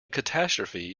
catastrophe